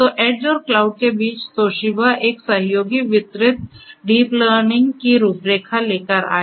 तो ऐड्ज और क्लाउड के बीच तोशिबा एक सहयोगी वितरित डीप लर्निंग की रूपरेखा लेकर आया